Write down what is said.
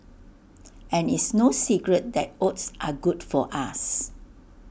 and it's no secret that oats are good for us